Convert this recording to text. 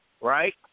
Right